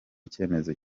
icyemezo